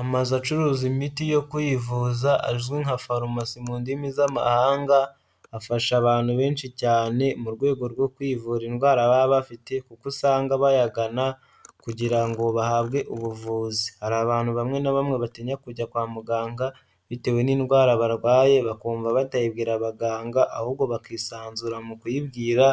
Amazu acuruza imiti yo kwivuza azwi nka farumasi mu ndimi z'amahanga. Afasha abantu benshi cyane mu rwego rwo kwivura indwara baba bafite kuko usanga bayagana kugira ngo bahabwe ubuvuzi. Hari abantu bamwe na bamwe batinya kujya kwa muganga bitewe n'indwara barwaye. Bakumva batayibwira abaganga ahubwo bakisanzura mu kuyibwira